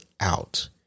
out